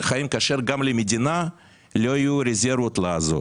כאשר גם למדינה לא יהיו רזרבות לעזור.